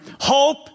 hope